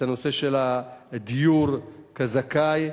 דיור כזכאי,